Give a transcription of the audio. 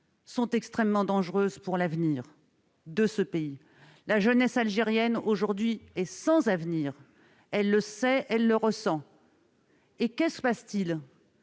sont extrêmement dangereuses pour l'avenir de ce pays. La jeunesse algérienne est aujourd'hui sans avenir ; elle le sait, elle le ressent. Aussi, que se passe-t-il ?